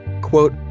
Quote